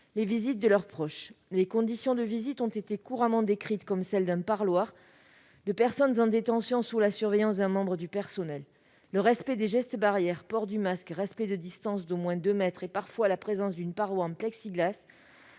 les visites de leurs proches. Les conditions de visite ont été couramment décrites comme celles d'un « parloir » de personnes en détention, sous la surveillance d'un membre du personnel. Le respect des gestes barrières- port du masque, respect d'une distance d'au moins deux mètres et, parfois, présence d'une paroi en plexiglas